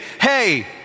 hey